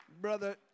Brother